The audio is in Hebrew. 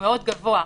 מאוד גבוה.